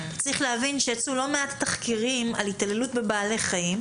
צריך להבין שיצאו לא מעט תחקירים על התעללות בבעלי חיים,